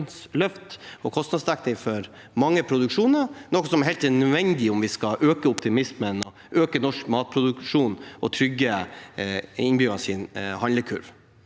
og kostnadsdekning for mange produksjoner – noe som er helt nødvendig om vi skal øke optimismen og norsk matproduksjon og trygge innbyggernes handlekurv.